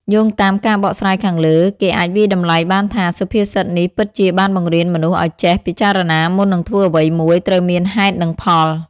យោងតាមការបកស្រាយខាងលើ គេអាចវាយតម្លៃបានថា សុភាសិតនេះពិតជាបានបង្រៀនមនុស្សឲ្យចេះពិចារណាមុននឹងធ្វើអ្វីមួយ ត្រូវមានហេតុនិងផល។